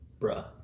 Bruh